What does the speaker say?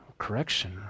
correction